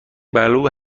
معلومه